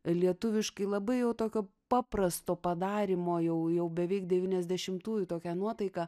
lietuviškai labai jau tokio paprasto padarymo jau jau beveik devyniasdešimtųjų tokia nuotaika